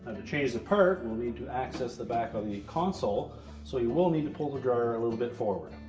to change the part, we'll need to access the back of the console so you will need to pull the dryer a little bit forward.